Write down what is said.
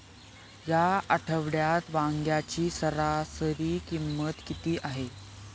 या आठवड्यात वांग्याची सरासरी किंमत किती आहे?